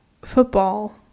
football